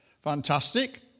fantastic